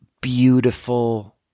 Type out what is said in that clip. beautiful